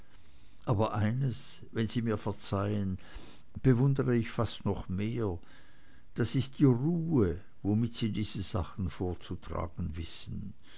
aber eines wenn sie mir verzeihen bewundere ich fast noch mehr das ist die ruhe womit sie diese sachen vorzutragen wissen